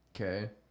Okay